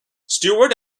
stewart